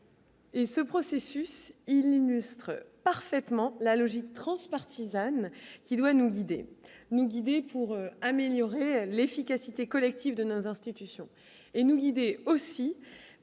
Et ce processus ministre parfaitement la logique transpartisane qui doit nous guider, nous guider pour améliorer l'efficacité collective de nos institutions et nous guider aussi